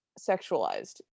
sexualized